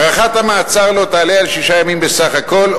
הארכת המעצר לא תעלה על שישה ימים בסך הכול,